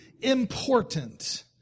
important